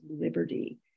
liberty